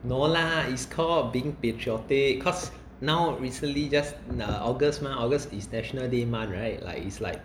no lah is called being patriotic cause now recently just uh august mah august is national day month right like it's like